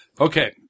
Okay